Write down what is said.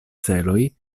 celoj